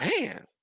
Man